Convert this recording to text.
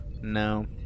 No